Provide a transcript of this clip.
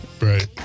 right